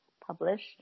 published